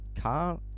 Car